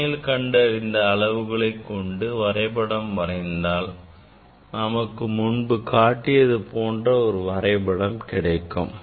சோதனையில் கண்டறிந்த அளவுகளை கொண்டு வரைபடம் வரைந்தால் நமக்கு முன்பு நான் காட்டியது போன்ற வரைபடம் கிடைக்கும்